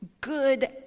good